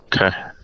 Okay